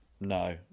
No